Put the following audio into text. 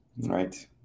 Right